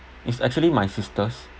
it's actually my sisters